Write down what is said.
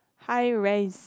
hi rise